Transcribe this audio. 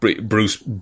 Bruce